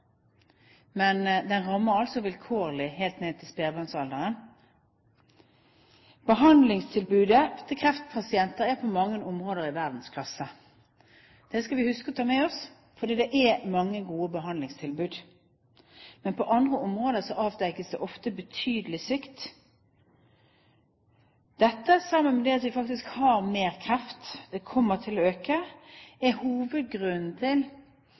men den rammer også vilkårlig, helt ned til spedbarnsalderen. Behandlingstilbudet til kreftpasienter er på mange områder i verdensklasse. Det skal vi huske på å ta med oss, for det er mange gode behandlingstilbud. Men på andre områder avdekkes det ofte betydelig svikt. Dette, sammen med det at vi faktisk får mer kreft, det kommer til å øke, er hovedgrunnen til